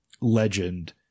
Legend